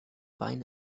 wein